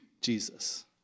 Jesus